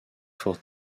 for